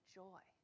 joy